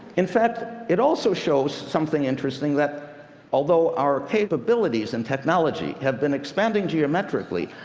in fact, it also shows something interesting, that although our capabilities and technology have been expanding geometrically,